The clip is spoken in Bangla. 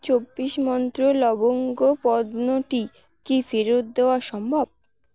চব্বিশ মন্ত্র লবঙ্গ পণ্যটি কি ফেরত দেওয়া সম্ভব